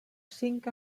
cinc